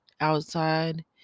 outside